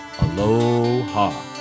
Aloha